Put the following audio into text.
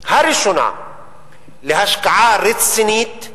הראשונה להשקעה רצינית,